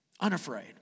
Unafraid